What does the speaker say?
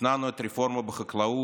התנענו את הרפורמה בחקלאות,